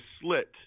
slit